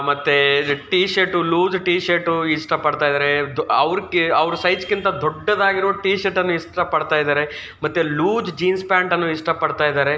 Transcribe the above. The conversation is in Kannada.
ಮತ್ತು ಇದು T shirt loose T shirt ಇಷ್ಟ ಪಡ್ತಾ ಇದ್ದಾರೆ ಅವ್ರಿಗೆ ಅವ್ರ ಸೈಜ್ಕ್ಕಿಂತ ದೊಡ್ಡದಾಗಿರುವ ಟಿ ಶರ್ಟನ್ನು ಇಷ್ಟ ಪಡ್ತಾ ಇದ್ದಾರೆ ಮತ್ತು ಲೂಸ್ ಜೀನ್ಸ್ ಪ್ಯಾಂಟನ್ನು ಇಷ್ಟ ಪಡ್ತಾ ಇದ್ದಾರೆ